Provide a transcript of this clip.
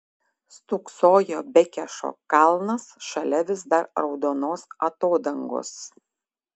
stūksojo bekešo kalnas šalia vis dar raudonos atodangos